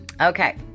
Okay